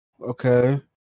Okay